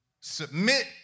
Submit